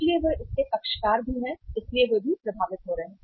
इसलिए वे इसके पक्षकार भी हैं इसलिए वे भी प्रभावित हो रहे हैं